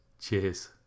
Cheers